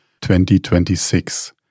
2026